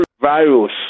virus